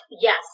yes